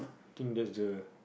I think that's the